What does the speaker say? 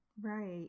right